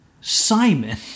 Simon